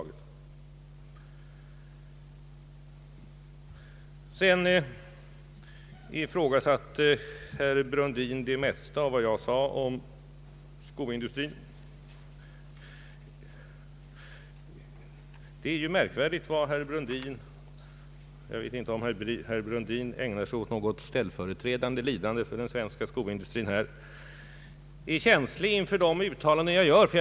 Herr Brundin ifrågasatte det mesta av vad jag hade sagt om skoindustrin. Jag vet inte om herr Brundin ägnar sig åt något ställföreträdande lidande för den svenska skoindustrin, men det är märkvärdigt hur känslig herr Brundin är för de uttalanden som jag gör.